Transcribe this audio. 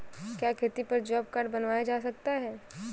क्या खेती पर जॉब कार्ड बनवाया जा सकता है?